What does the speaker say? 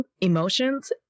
emotions